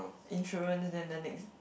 insurance then the next